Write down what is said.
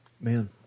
man